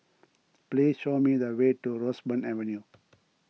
please show me the way to Roseburn Avenue